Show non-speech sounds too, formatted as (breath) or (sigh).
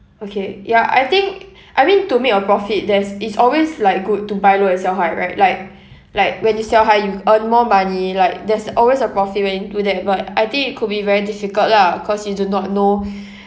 okay ya I think I mean to make a profit there's it's always like good to buy low and sell high right like like when you sell high you earn more money like there's always a profit when you do that but I think it could be very difficult lah cause you do not know (breath)